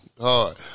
hard